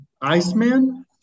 Iceman